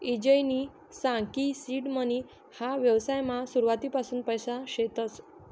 ईजयनी सांग की सीड मनी ह्या व्यवसायमा सुरुवातपासून पैसा शेतस